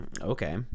okay